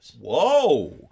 Whoa